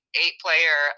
eight-player